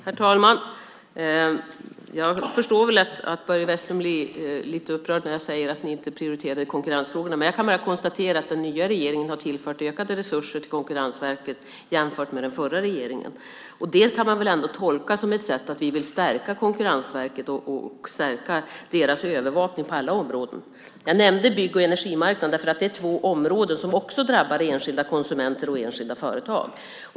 Herr talman! Jag förstår att Börje Vestlund blir lite upprörd när jag säger att ni inte prioriterade konkurrensfrågorna. Men jag kan konstatera att den nya regeringen har tillfört ökade resurser till Konkurrensverket jämfört med den förra regeringen. Det kan man väl ändå tolka som att vi vill stärka Konkurrensverket och deras övervakning på alla områden? Jag nämnde bygg och energimarknaderna därför att det är två områden där konkurrenssituationen drabbar enskilda konsumenter och företag.